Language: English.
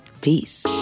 Peace